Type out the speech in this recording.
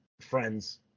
Friends